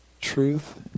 Truth